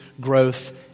growth